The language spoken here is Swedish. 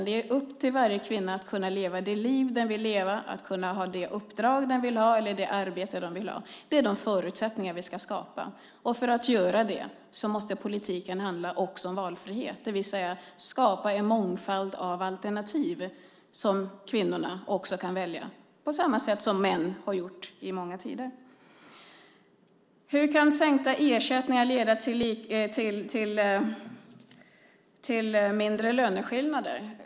Det är upp till varje kvinna att kunna leva det liv hon vill leva, att ha det uppdrag hon vill ha eller det arbete hon vill ha. Det är de förutsättningarna vi ska skapa. Och för att vi ska kunna göra det måste politiken handla också om valfrihet, det vill säga att den måste skapa en mångfald av alternativ som kvinnorna också kan välja på samma sätt som män har gjort i långa tider. Hur kan sänkta ersättningar leda till mindre löneskillnader?